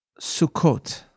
Sukkot